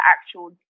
actual